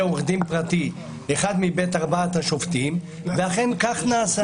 עורך דין פרטי אחד מבין ארבעת השופטים ואכן כך נעשה.